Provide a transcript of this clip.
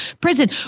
Prison